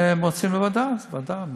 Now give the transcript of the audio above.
הם רוצים לוועדה, אז לוועדה.